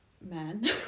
men